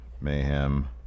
Mayhem